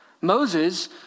Moses